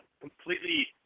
completely